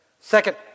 Second